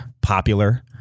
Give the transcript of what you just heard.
popular